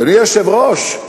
אדוני היושב-ראש,